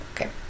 Okay